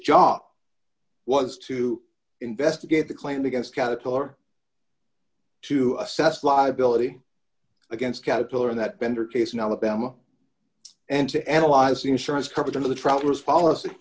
job was to investigate the claims against caterpillar to assess liability against caterpillar and that bender case an alabama and to allies the insurance coverage of the travelers policy